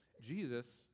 Jesus